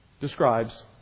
describes